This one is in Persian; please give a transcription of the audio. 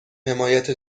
حمایت